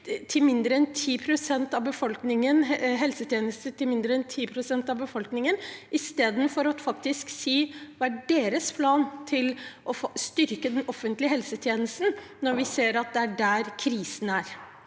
til mindre enn 10 pst. av befolkningen, istedenfor faktisk å si hva som er deres plan for å styrke den offentlige helsetjenesten, når vi ser at det er der krisen er?